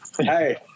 Hey